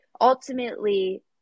ultimately